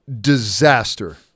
disaster